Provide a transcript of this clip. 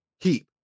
keep